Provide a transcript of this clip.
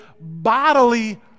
bodily